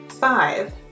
five